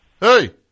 Hey